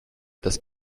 das